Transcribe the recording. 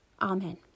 Amen